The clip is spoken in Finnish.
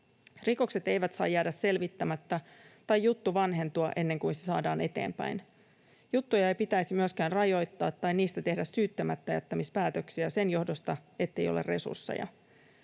Rikokset eivät saa jäädä selvittämättä tai juttu vanhentua ennen kuin se saadaan eteenpäin. Juttuja ei pitäisi myöskään rajoittaa tai tehdä syyttämättäjättämispäätöksiä sen johdosta, ettei ole resursseja.